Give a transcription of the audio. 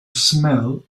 smell